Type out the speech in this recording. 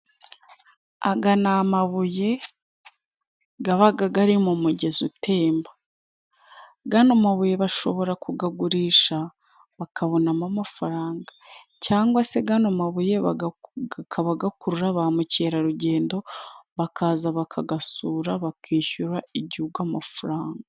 Aya ni amabuye aba ari mu mugezi utemba. Ano mabuye, bashobora kuyagurisha bakabonamo amafaranga. Cyangwa se ano mabuye akaba akurura ba mukerarugendo, bakaza kuyasura bakishyura Igihugu amafaranga.